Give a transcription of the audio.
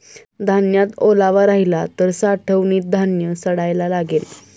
धान्यात ओलावा राहिला तर साठवणीत धान्य सडायला लागेल